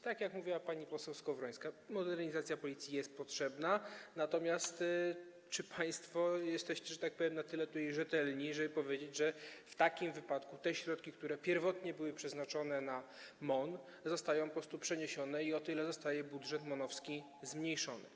Tak jak mówiła pani poseł Skowrońska, modernizacja Policji jest potrzebna, natomiast czy państwo jesteście, że tak powiem, na tyle rzetelni, żeby powiedzieć, że w takim wypadku te środki, które pierwotnie były przeznaczone na MON, zostają po prostu przeniesione i o tyle zostaje budżet MON-owski zmniejszony.